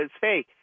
hey